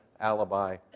alibi